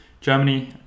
Germany